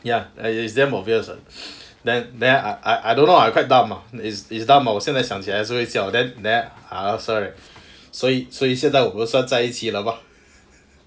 ya and it's damn obvious ah then then I I don't know I quite dumb ah is is dumb ah 我现在想起来也是会笑 then then I ask her right 所以所以现在我们算在一起了吗